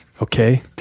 okay